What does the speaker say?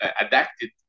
adapted